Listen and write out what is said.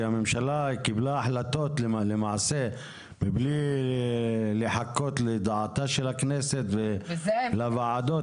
שהממשלה קיבלה החלטות מבלי לחכות לדעתה של הכנסת ולדעת הוועדות.